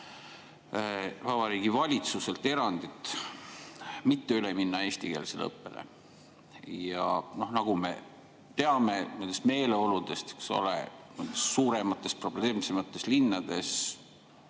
Vabariigi Valitsuselt erandit mitte üle minna eestikeelsele õppele. Ja nagu teame nendest meeleoludest suuremates probleemsemates linnades,